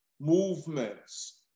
movements